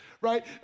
Right